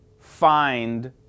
find